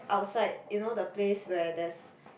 outside you know the place where there's